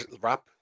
wrap